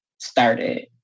started